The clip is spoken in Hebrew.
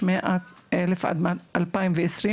יש כ-100 אלף חולים עד שנת 2020,